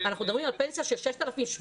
אנחנו מדברים על פנסיה של 7,000-6,000,